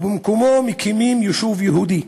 ובמקומו מקימים יישוב יהודי.